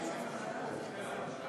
התשע"ז 2017, לוועדת הכלכלה נתקבלה.